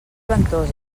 ventós